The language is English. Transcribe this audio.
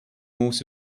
moves